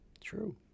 True